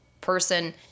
person